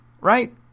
right